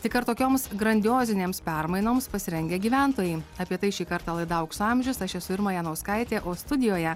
tik ar tokioms grandiozinėms permainoms pasirengę gyventojai apie tai šį kartą laida aukso amžius aš esu irma janauskaitė o studijoje